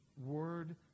word